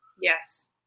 yes